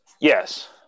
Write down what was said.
Yes